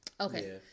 Okay